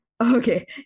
okay